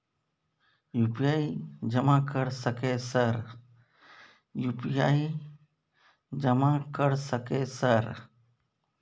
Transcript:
UPI जमा कर सके सर?